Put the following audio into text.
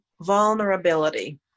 vulnerability